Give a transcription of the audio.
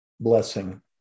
blessing